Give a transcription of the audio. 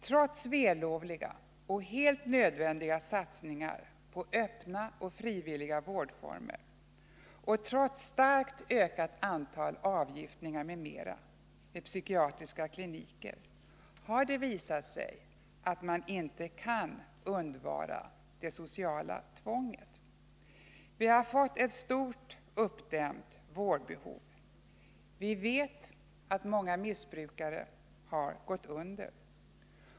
Trots vällovliga och helt nödvändiga satsningar på öppna och frivilliga vårdformer och trots starkt ökat antal avgiftningar m.m. vid psykiatriska kliniker har det visat sig att man inte kan undvara det sociala tvånget. Vi har fått ett stort uppdämt vårdbehov. Vi vet att många missbrukare har gått under.